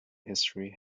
history